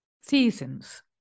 seasons